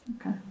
Okay